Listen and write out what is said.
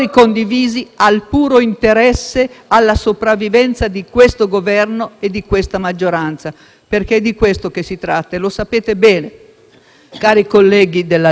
Perché è di questo che si tratta, e lo sapete bene, cari colleghi della Lega, del MoVimento 5 Stelle, di Forza Italia e tutti coloro che pensano di votare no domani.